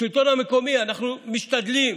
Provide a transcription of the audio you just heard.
השלטון המקומי, אנחנו משתדלים,